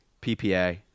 P-P-A